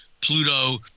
Pluto